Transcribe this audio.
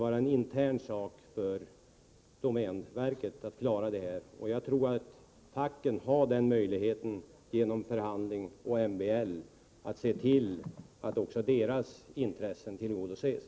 Den frågan, John Andersson, måste vara en intern sak för domänverket, och jag tror att facken har möjlighet genom förhandlingar och MBL att se till att också de anställdas intressen tillgodoses.